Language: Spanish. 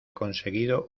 conseguido